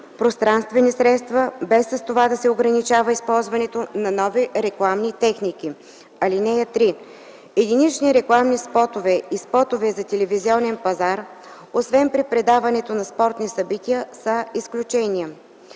пространствени средства, без с това да се ограничава използването на нови рекламни техники. (3) Единични рекламни спотове и спотове за телевизионен пазар, освен при предаването на спортни събития, са изключение.”